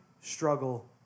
struggle